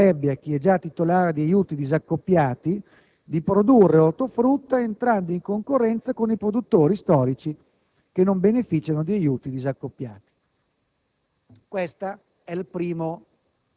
In questo modo si permetterebbe a chi è già titolare degli utili disaccoppiati di produrre ortofrutta, entrando in concorrenza con i produttori storici che non beneficiano di aiuti disaccoppiati.